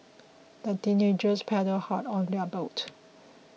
the teenagers paddled hard on their boat